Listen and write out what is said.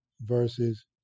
verses